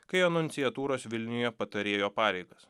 kai ėjo nunciatūros vilniuje patarėjo pareigas